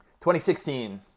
2016